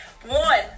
one